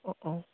অঁ অঁ